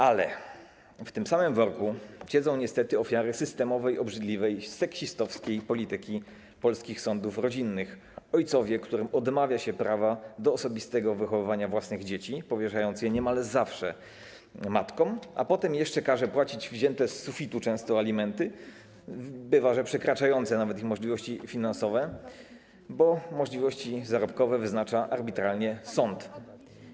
Ale w tym samym worku siedzą niestety ofiary systemowej, obrzydliwej i seksistowskiej polityki polskich sądów rodzinnych: ojcowie, którym odmawia się prawa do osobistego wychowywania własnych dzieci, powierzając je niemal zawsze matkom, a potem jeszcze każe się płacić często wzięte z sufitu alimenty, bywa, że przekraczające nawet ich możliwości finansowe, bo możliwości zarobkowe wyznacza arbitralnie sąd.